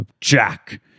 Jack